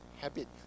habit